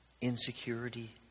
insecurity